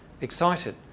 excited